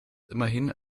immerhin